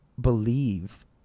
believe